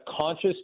conscious